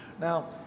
Now